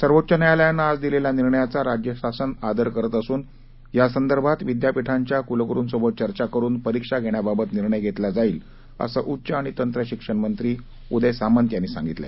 सर्वोच्च न्यायालयानं आज दिलेल्या निर्णयाघा राज्य शासन आदर करत असून यासंदर्भात विद्यापीठांच्या कुलगुरूंसोबत चर्चा करून परीक्षा घेण्याबाबत निर्णय घेतला जाईल असं उच्च आणि तंत्र शिक्षण मंत्री उदय सामंत यांनी सांगितलं